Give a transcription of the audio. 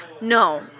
No